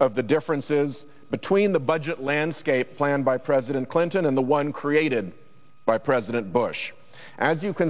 of the differences between the budget landscape planned by president clinton in the one created by president bush as you can